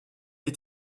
est